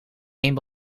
één